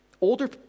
older